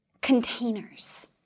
containers